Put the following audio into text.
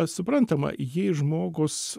suprantama jei žmogus